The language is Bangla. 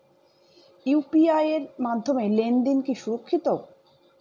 ইউ.পি.আই এর মাধ্যমে লেনদেন কি সুরক্ষিত?